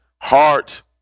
Heart